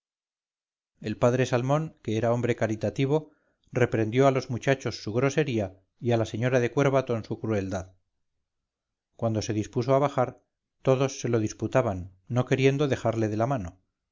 el padre salmón que era hombre caritativo reprendió a los muchachos su grosería y a la señora de cuervatón su crueldad cuando se dispuso abajar todos se lo disputaban no queriendo dejarle de la mano